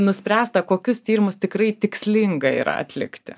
nuspręsta kokius tyrimus tikrai tikslinga yra atlikti